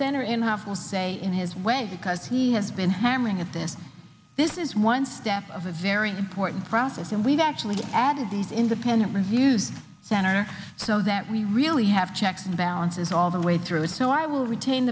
center in half a day in his way because he has been hammering of this this is one step of a very important process and we've actually added these independent reviews center so that we really have checks and balances all the way through the so i will retain